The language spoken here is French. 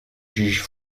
juges